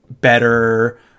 better